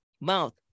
mouth